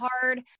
hard